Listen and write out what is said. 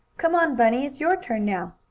come on, bunny your turn now.